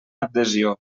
adhesió